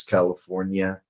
California